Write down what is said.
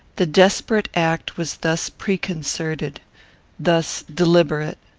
the desperate act was thus preconcerted thus deliberate.